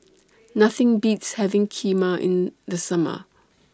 Nothing Beats having Kheema in The Summer